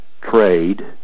trade